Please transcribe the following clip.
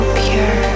pure